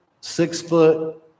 six-foot